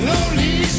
Lonely